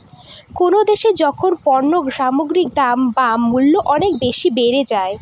কোনো দেশে যখন পণ্য সামগ্রীর দাম বা মূল্য অনেক বেশি বেড়ে যায়